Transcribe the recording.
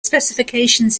specifications